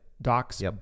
Docs